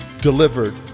delivered